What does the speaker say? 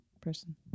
person